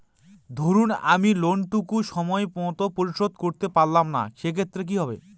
ধরুন আমি লোন টুকু সময় মত পরিশোধ করতে পারলাম না সেক্ষেত্রে কি হবে?